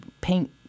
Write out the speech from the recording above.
paint